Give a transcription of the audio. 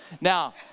Now